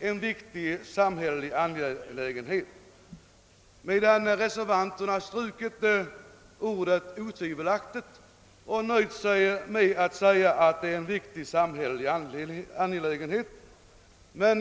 en viktig samhällelig angelägenhet», medan <reservanterna strukit ordet otvivelaktigt och nöjt sig med att säga att det är en viktig samhällelig angelägenhet.